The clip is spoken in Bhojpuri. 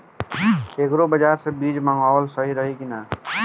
एग्री बाज़ार से बीज मंगावल सही रही की ना?